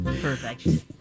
Perfect